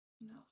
No